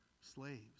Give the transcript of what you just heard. slaves